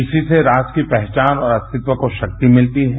इसी से राष्ट्र की पहचान और अस्तित्व को राक्ति मिलती है